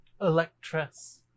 Electress